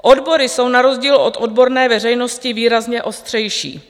Odbory jsou na rozdíl od odborné veřejnosti výrazně ostřejší.